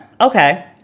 Okay